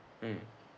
mm